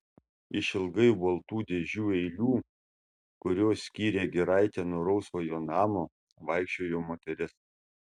išilgai baltų dėžių eilių kurios skyrė giraitę nuo rausvojo namo vaikščiojo moteris